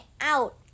out